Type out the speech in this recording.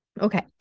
Okay